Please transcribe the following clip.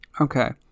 Okay